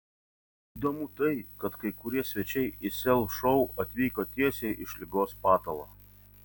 įdomu tai kad kai kurie svečiai į sel šou atvyko tiesiai iš ligos patalo